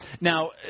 Now